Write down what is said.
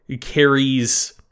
carries